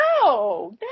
No